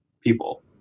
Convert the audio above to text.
people